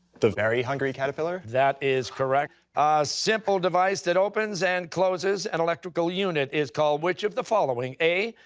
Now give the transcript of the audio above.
the very hungry caterpillar. costa that is correct. a simple device that opens and closes an electrical unit is called which of the following? a,